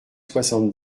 soixante